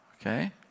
okay